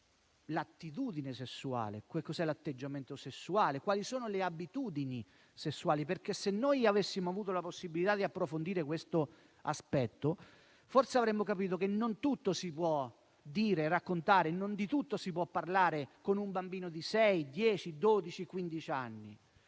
l'attitudine sessuale, su che cos'è l'atteggiamento sessuale, quali sono le abitudini sessuali. Se avessimo avuto la possibilità di approfondire questo aspetto, forse avremmo capito che non tutto si può dire e raccontare, che non di tutto si può parlare con un bambino di sei, dieci,